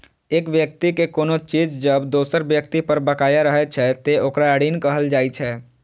एक व्यक्ति के कोनो चीज जब दोसर व्यक्ति पर बकाया रहै छै, ते ओकरा ऋण कहल जाइ छै